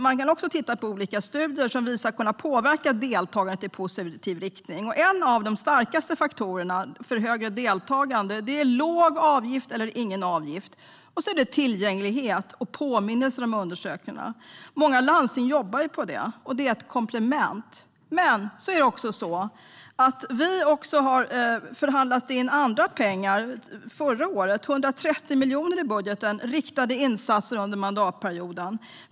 Det finns ett flertal faktorer som visats kunna påverka deltagandet i positiv riktning. En av de starkaste faktorerna för högre deltagande är låg eller ingen avgift. Sedan är det tillgänglighet och påminnelser om undersökningarna. Många landsting jobbar på det. Det är ett komplement. Förra året förhandlade vi in 130 miljoner i budgeten till riktade insatser under mandatperioden.